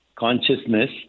consciousness